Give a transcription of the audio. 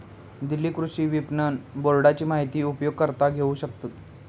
दिल्ली कृषि विपणन बोर्डाची माहिती उपयोगकर्ता घेऊ शकतत